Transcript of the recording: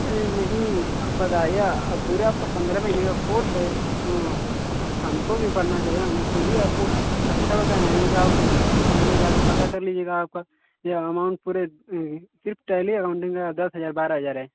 अरे नहीं नहीं बताया पूरे आपका पंद्रह महीने का कोर्स है हमको भी पड़ना चाहिए हम ख़ुद ही आपको सस्ता बताए हैं जो आप कहीं जा के पता कर लीजिएगा आपका ये अमाउंट पूरे सिर्फ टैली अराउंडिंग का दस हजार बारह हजार है